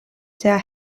der